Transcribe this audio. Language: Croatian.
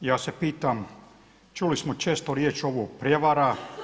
I ja se pitam, čuli smo često riječ ovu prijevara.